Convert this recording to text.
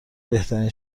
بهترین